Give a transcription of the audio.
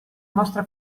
nostra